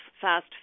fast